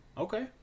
Okay